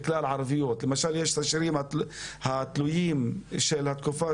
למשל יש את השירים שתלויים של התקופה